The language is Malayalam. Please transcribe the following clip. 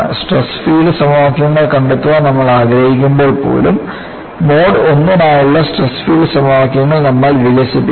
സ്ട്രെസ് ഫീൽഡ് സമവാക്യങ്ങൾ കണ്ടെത്താൻ നമ്മൾ ആഗ്രഹിക്കുമ്പോൾ പോലും മോഡ് I നായുള്ള സ്ട്രെസ് ഫീൽഡ് സമവാക്യങ്ങൾ നമ്മൾ വികസിപ്പിക്കും